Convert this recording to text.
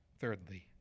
Thirdly